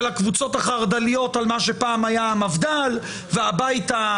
הקבוצות החרד"ליות על מה שפען היה המפד"ל והבית היהודי.